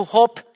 Hope